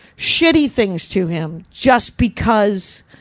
shitty things to him, just because,